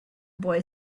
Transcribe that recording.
boy